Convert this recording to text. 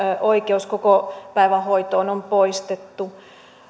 oikeus kokopäivähoitoon on poistettu